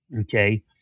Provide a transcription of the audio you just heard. okay